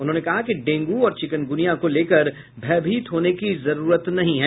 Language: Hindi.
उन्होंने कहा कि डेंगू और चिकनगुनिया को लेकर भयभीत होने की जरूरत नहीं है